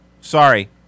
Sorry